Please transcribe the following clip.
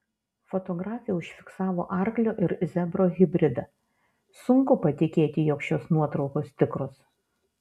fotografė užfiksavo arklio ir zebro hibridą sunku patikėti jog šios nuotraukos tikros